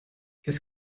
qu’est